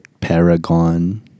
Paragon